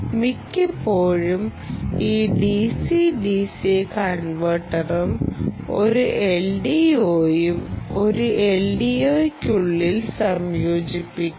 മിക്കപ്പോഴും ഈ DCDC കൺവെർട്ടറും ഒരു LDOയും ഒരു LDOയ്ക്കുള്ളിൽ സംയോജിപ്പിക്കും